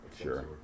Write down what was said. Sure